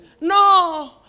No